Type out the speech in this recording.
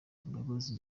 imbabazi